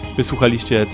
Wysłuchaliście